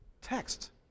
text